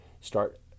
start